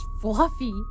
fluffy